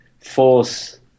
force